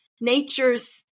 nature's